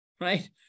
right